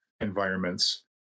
environments